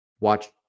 watch